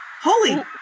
Holy